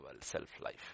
self-life